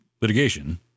litigation